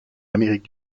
amérique